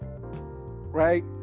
right